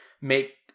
make